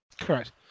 Correct